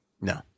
No